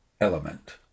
element